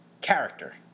character